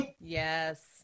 yes